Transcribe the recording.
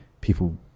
people